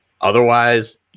Otherwise